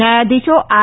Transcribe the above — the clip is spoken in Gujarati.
ન્યાયાધીશો આર